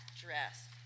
dress